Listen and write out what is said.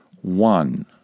One